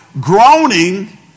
Groaning